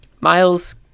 Miles